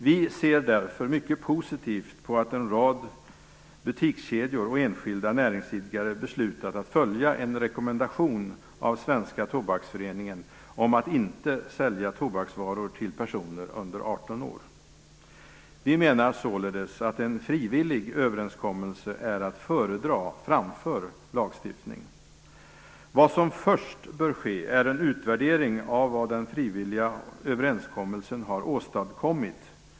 Vi ser därför mycket positivt på att en rad butikskedjor och enskilda näringsidkare beslutat att följa en rekommendation från Svenska Tobaksföreningen om att inte sälja tobaksvaror till personer under 18 år. Vi menar således att en frivillig överenskommelse är att föredra framför lagstiftning. Innan riksdagen skall överväga förslag om förbudslagstiftning bör det ske en utvärdering av vad den frivilliga överenskommelsen har åstadkommit.